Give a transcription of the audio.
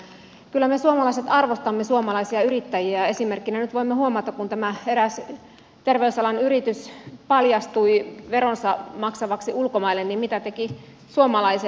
kyllä me suomalaiset arvostamme suomalaisia yrittäjiä ja esimerkkinä nyt voimme huomata että kun tämä eräs terveysalan yritys paljastui veronsa ulkomaille maksavaksi niin mitä tekivät suomalaiset